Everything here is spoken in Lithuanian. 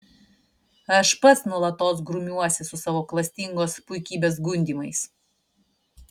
aš pats nuolatos grumiuosi su savo klastingos puikybės gundymais